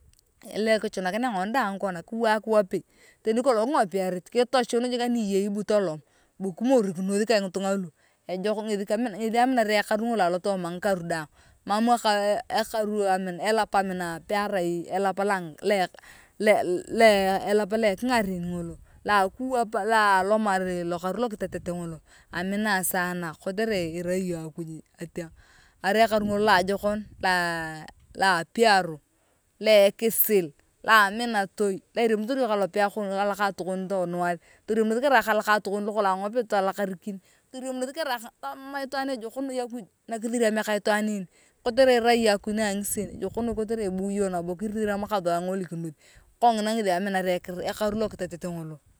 Eger lokichunakinae ngoni daang kongina kiwaak wapei kitochuu jik aniyeyei anibu tolom bu kimorikinoth ka ngitunga lu ngethi aminar ayong ekaru ngolo alotooma ngikaru daang emam ekaru elapu amina ayong pearai elap lo ekiugaren ngolo lo akiwap lo alomar lokaru lokitet ngolo amina ayong sana kotere erai akaru ngolo loajokon lou apiaro lo ekisil lo amina na eriamuuitor iyong ka lokatokon lokulong angapit talakarikin kiriamunoth karait ama itwaan ejok noi akuj nakitheremia ka itwaan ngoni kotere erai iyong akuj nangisien ejok eri kotere ibu yong nabo kisinam kasua engolikinoth ngethi aminar yong ekaru lokitetet ngolo.